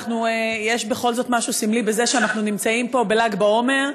יש בכל זאת משהו סמלי בזה שאנחנו נמצאים פה בל"ג בעומר.